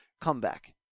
comeback